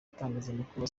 itangazamakuru